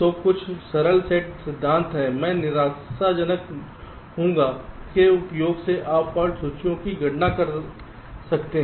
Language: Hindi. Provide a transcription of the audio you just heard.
तो कुछ सरल सेट सिद्धांत हैं मैं निराशाजनक होगा जिसके उपयोग से आप फाल्ट सूचियों की गणना कर सकते हैं